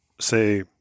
say